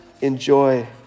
enjoy